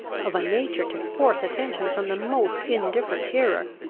of a nature to force attention from the most indifferent hearer.